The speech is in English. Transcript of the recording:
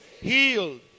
healed